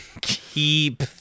keep